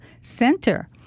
center